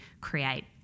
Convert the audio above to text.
create